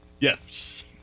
Yes